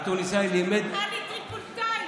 אני טריפוליטאית.